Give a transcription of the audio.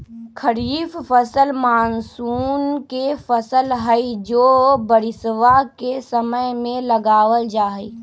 खरीफ फसल मॉनसून के फसल हई जो बारिशवा के समय में लगावल जाहई